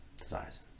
desires